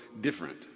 different